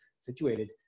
situated